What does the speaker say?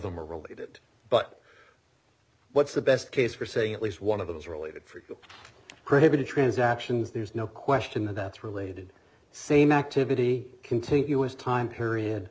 them are related but what's the best case for saying at least one of those related credit transactions there's no question that's related same activity continuous time period